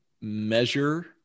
measure